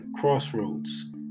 crossroads